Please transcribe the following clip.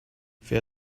fais